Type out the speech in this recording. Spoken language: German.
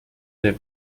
der